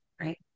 Right